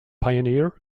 pioneer